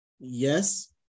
Yes